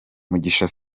mugisha